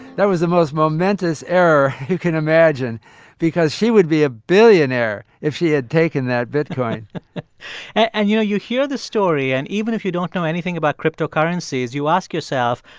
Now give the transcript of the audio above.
that was the most momentous error you can imagine because she would be a billionaire if she had taken that bitcoin and, you know, you hear the story and even if you don't know anything about cryptocurrencies, you ask yourself,